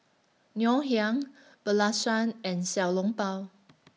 Ngoh Hiang and Xiao Long Bao